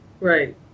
right